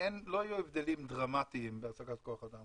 לא יהיו הבדלים דרמטיים בהעסקת כוח אדם.